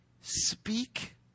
Speak